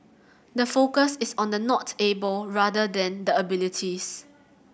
the focus is on the 'not able' rather than the abilities